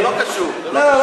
לא,